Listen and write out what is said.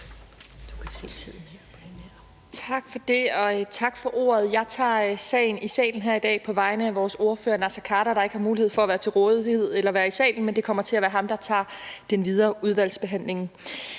Tak for det, og tak for ordet. Jeg tager sagen i salen her i dag på vegne af vores ordfører, Naser Khader, der ikke har mulighed for at være til rådighed eller være i salen, men det kommer til at være ham, der tager den videre udvalgsbehandling.